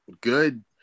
good